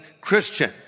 Christian